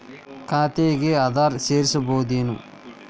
ಖಾತೆಗೆ ಆಧಾರ್ ಸೇರಿಸಬಹುದೇನೂ?